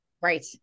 right